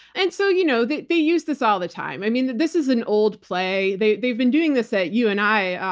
and so, you know they they use this all the time. i mean, this is an old play. they've been doing this at you and i,